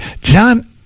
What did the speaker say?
John